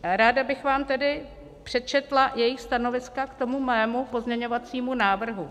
Ráda bych vám tedy přečetla jejich stanoviska k mému pozměňovacímu návrhu.